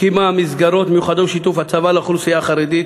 הקימה מסגרות מיוחדות בשיתוף הצבא לאוכלוסייה החרדית,